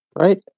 Right